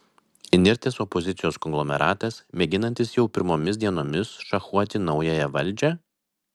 įnirtęs opozicijos konglomeratas mėginantis jau pirmomis dienomis šachuoti naująją valdžią